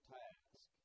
task